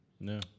No